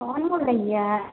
कौन बोलैए